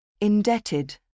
Indebted